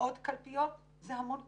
עוד קלפיות זה המון כסף.